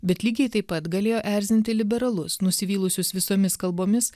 bet lygiai taip pat galėjo erzinti liberalus nusivylusius visomis kalbomis